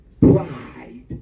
Pride